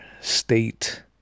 state